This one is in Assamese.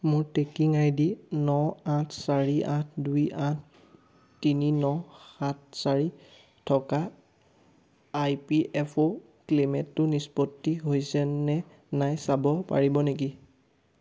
মোৰ ট্ৰেকিং আই ডি ন আঠ চাৰি আঠ দুই আঠ তিনি ন সাত চাৰি থকা আই পি এফ অ' ক্লেইমটো নিষ্পত্তি হৈছে নে নাই চাব পাৰিব নেকি